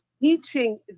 teaching